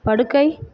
படுக்கை